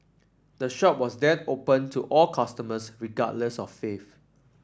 the shop was then opened to all customers regardless of faith